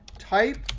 type,